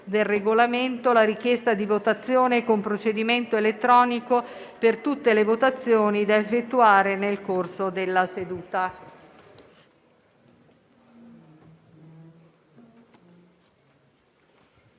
del Regolamento, la richiesta di votazione con procedimento elettronico per tutte le votazioni da effettuare nel corso della seduta.